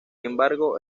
embargo